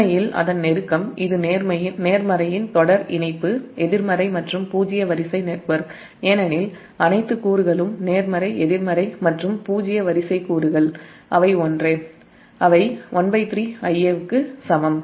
உண்மையில் அதன் நெருக்கம் இது நேர்மறையின் தொடர் இணைப்பு எதிர்மறை மற்றும் பூஜ்ஜிய வரிசை நெட்வொர்க் ஏனெனில் அனைத்து கூறுகளும் நேர்மறை எதிர்மறை மற்றும் பூஜ்ஜியம் வரிசை கூறுகள் அவை ஒன்றே அவை 13 Ia க்கு சமம்